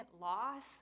loss